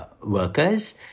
workers